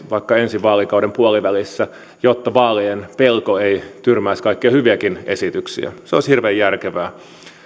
vaikka ensi vaalikauden puolivälissä jotta vaalien pelko ei tyrmäisi kaikkia hyviäkin esityksiä se olisi hirveän järkevää